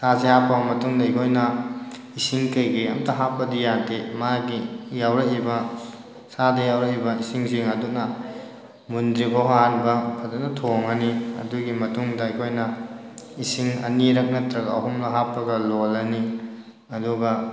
ꯁꯥꯁꯤ ꯍꯥꯞꯄ ꯃꯇꯨꯡꯗ ꯑꯩꯈꯣꯏꯅ ꯏꯁꯤꯡ ꯀꯩꯀꯩ ꯑꯝꯇ ꯍꯥꯞꯄꯗꯤ ꯌꯥꯗꯦ ꯃꯥꯒꯤ ꯌꯥꯎꯔꯛꯏꯕ ꯁꯥꯗ ꯌꯥꯎꯔꯛꯏꯕ ꯏꯁꯤꯡꯁꯤꯡ ꯑꯗꯨꯅ ꯃꯨꯟꯗ꯭ꯔꯤꯐꯥꯎ ꯍꯥꯟꯅ ꯐꯖꯅ ꯊꯣꯡꯉꯅꯤ ꯑꯗꯨꯒꯤ ꯃꯇꯨꯡꯗ ꯑꯩꯈꯣꯏꯅ ꯏꯁꯤꯡ ꯑꯅꯤꯔꯛ ꯅꯠꯇ꯭ꯔꯒ ꯑꯍꯨꯝꯂꯛ ꯍꯥꯞꯄꯒ ꯂꯣꯜꯂꯅꯤ ꯑꯗꯨꯒ